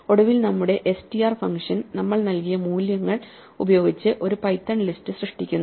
ഒടുവിൽ നമ്മുടെഈ STR function നമ്മൾ നൽകിയ മൂല്യങ്ങൾ ഉപയോഗിച്ച് ഒരു പൈത്തൺ ലിസ്റ്റ് സൃഷ്ടിക്കുന്നു